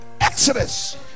Exodus